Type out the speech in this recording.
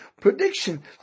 prediction